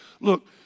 look